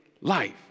life